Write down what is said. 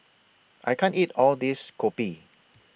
I can't eat All This Kopi